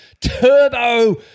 turbo